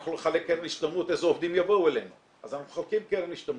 אנחנו בכלל אין קרן השתלמות,